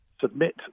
submit